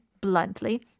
bluntly